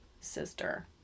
sister